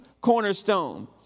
cornerstone